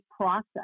process